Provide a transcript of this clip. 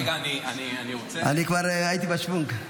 אני כבר הייתי בשוונג.